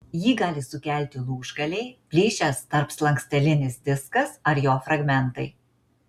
jį gali sukelti lūžgaliai plyšęs tarpslankstelinis diskas ar jo fragmentai